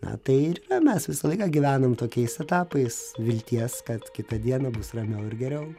na tai ir mes visą laiką gyvenam tokiais etapais vilties kad kitą dieną bus ramiau ir geriau